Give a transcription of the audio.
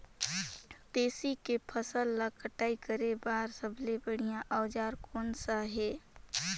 तेसी के फसल ला कटाई करे बार सबले बढ़िया औजार कोन सा हे?